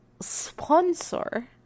sponsor